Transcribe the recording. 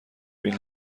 بین